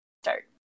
start